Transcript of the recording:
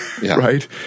right